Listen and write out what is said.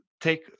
take